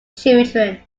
children